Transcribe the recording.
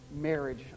marriage